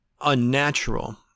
unnatural